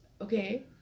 Okay